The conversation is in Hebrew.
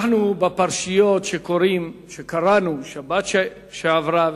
בפרשיות שקראנו בשבת שעברה,